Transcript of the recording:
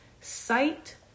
sight